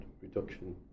reduction